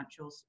financials